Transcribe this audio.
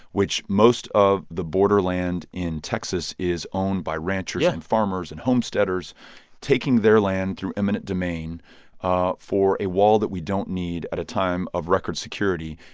which most of the border land in texas is owned by ranchers yeah and farmers and homesteaders taking their land through eminent domain ah for a wall that we don't need at a time of record security.